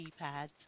keypads